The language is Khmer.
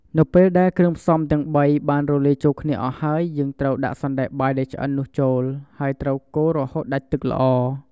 នៅពេលដែល គ្រឿងផ្សំទាំងបី បានរលាយចូលគ្នាអស់ហើយ យើងត្រូវដាក់សណ្ដែកបាយដែលឆ្អិននោះចូល ហើយត្រូវកូររហូតដាច់ទឹកល្អ។